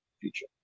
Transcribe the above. future